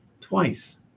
twice